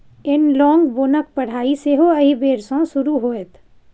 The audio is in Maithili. एनलॉग बोनक पढ़ाई सेहो एहि बेर सँ शुरू होएत